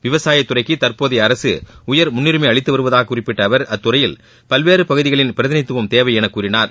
விவசாயத் துறைக்கு தற்போதைய அரசு உயர்முன்னுரிமை அளித்து வருவதாக குறிப்பிட்ட அவர் அத்துறையில் பல்வேறு பகுதிகளின் பிரதிநிதித்துவம் தேவை என கூறினார்